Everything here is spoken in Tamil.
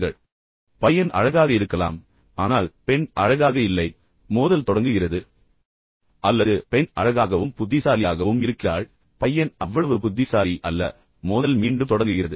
நீங்கள் பையனைப் பெற விரும்புகிறீர்கள் அவர் அழகாக இருக்கலாம் ஆனால் பெண் அழகாக இல்லை மோதல் தொடங்குகிறது அல்லது பெண் அழகாகவும் புத்திசாலியாகவும் இருக்கிறாள் பையன் அவ்வளவு புத்திசாலி அல்ல மோதல் மீண்டும் தொடங்குகிறது